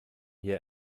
hier